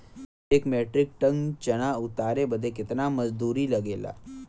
एक metric ton चना उतारे बदे कितना मजदूरी लगे ला?